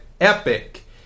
epic